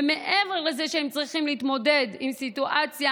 ומעבר לזה שהם צריכים להתמודד עם סיטואציה